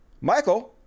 michael